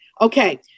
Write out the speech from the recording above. Okay